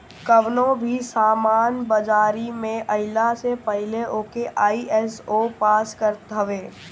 कवनो भी सामान बाजारी में आइला से पहिले ओके आई.एस.ओ पास करत हवे